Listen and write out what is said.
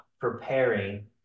preparing